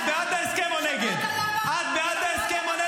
את צודקת, בוא ננסה את זה.